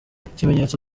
kimenyetso